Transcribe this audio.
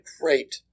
great